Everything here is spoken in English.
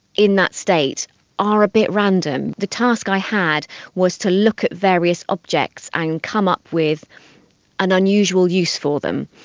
in that state are a bit random. the task i had was to look at various objects and come up with an unusual use for them.